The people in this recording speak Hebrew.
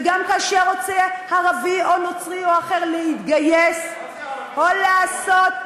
וגם כאשר רוצה ערבי או נוצרי או אחר להתגייס או לעשות,